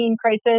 crisis